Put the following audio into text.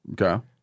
Okay